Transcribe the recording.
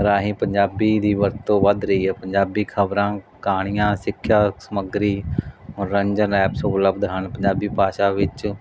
ਰਾਹੀਂ ਪੰਜਾਬੀ ਦੀ ਵਰਤੋਂ ਵੱਧ ਰਹੀ ਹੈ ਪੰਜਾਬੀ ਖਬਰਾਂ ਕਹਾਣੀਆਂ ਸਿੱਖਿਆ ਸਮੱਗਰੀ ਮਨੋਰੰਜਨ ਐਪ ਸੋ ਉਪਲਬਧ ਹਨ ਪੰਜਾਬੀ ਭਾਸ਼ਾ ਵਿੱਚ